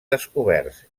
descoberts